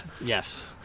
Yes